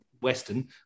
Western